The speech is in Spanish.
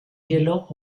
hielo